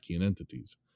entities